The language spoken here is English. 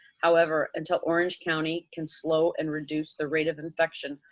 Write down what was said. however until orange county can slow and reduce the rate of infection,